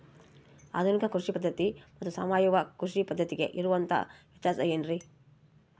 ಆಧುನಿಕ ಕೃಷಿ ಪದ್ಧತಿ ಮತ್ತು ಸಾವಯವ ಕೃಷಿ ಪದ್ಧತಿಗೆ ಇರುವಂತಂಹ ವ್ಯತ್ಯಾಸ ಏನ್ರಿ?